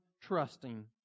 trusting